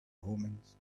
omens